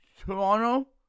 Toronto